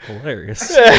Hilarious